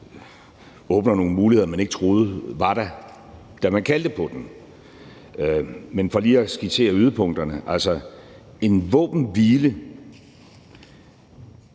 åbner nogle muligheder, man ikke troede var der, da man kaldte på den. Men for lige at skitsere yderpunkterne vil jeg sige: En våbenhvile